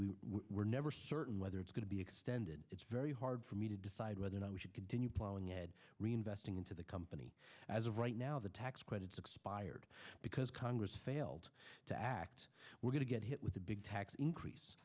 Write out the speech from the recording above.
we were never certain whether it's going to be extended it's very hard for me to decide whether or not we should continue plowing ahead reinvesting into the company as of right now the tax credits expired because congress failed to act we're going to get hit with a big tax increase